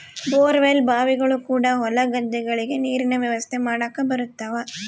bore well ಬಾವಿಗಳು ಕೂಡ ಹೊಲ ಗದ್ದೆಗಳಿಗೆ ನೀರಿನ ವ್ಯವಸ್ಥೆ ಮಾಡಕ ಬರುತವ